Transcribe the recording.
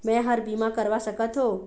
मैं हर का बीमा करवा सकत हो?